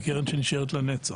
היא קרן שנשארת לנצח.